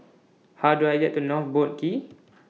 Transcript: How Do I get to North Boat Quay